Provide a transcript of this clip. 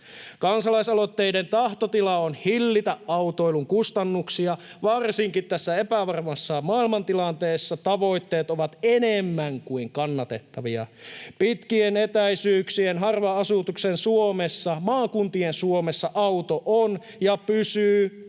Kansalaisaloitteiden tahtotila on hillitä autoilun kustannuksia. Varsinkin tässä epävarmassa maailmantilanteessa tavoitteet ovat enemmän kuin kannatettavia. Pitkien etäisyyksien, harvan asutuksen Suomessa, maakuntien Suomessa auto on ja pysyy